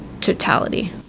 totality